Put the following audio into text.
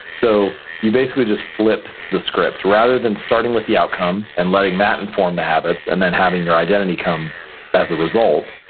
so you basically just flip the script. rather than starting with the outcome and letting that inform the habits, and then having your identity come as a result,